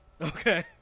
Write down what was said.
okay